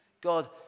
God